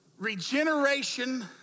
regeneration